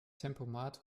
tempomat